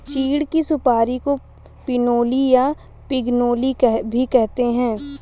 चीड़ की सुपारी को पिनोली या पिगनोली भी कहते हैं